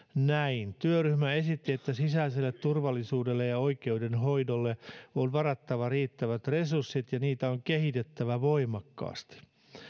näin työryhmä esittää että sisäiselle turvallisuudelle ja oikeudenhoidolle on varattava riittävät resurssit ja niitä on kehitettävä voimakkaasti